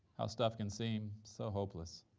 how stuff can seem so hopeless.